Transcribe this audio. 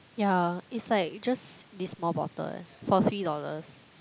yeah it's like just this small bottle eh for three dollars